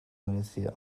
merecía